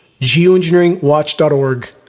geoengineeringwatch.org